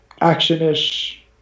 action-ish